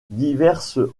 diverses